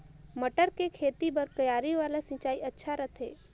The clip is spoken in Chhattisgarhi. मटर के खेती बर क्यारी वाला सिंचाई अच्छा रथे?